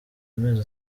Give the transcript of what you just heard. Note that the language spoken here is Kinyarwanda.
amezi